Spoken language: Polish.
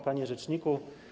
Panie Rzeczniku!